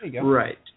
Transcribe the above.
Right